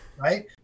right